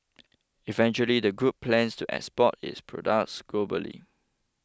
eventually the group plans to export its products globally